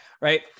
Right